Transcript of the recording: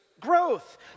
growth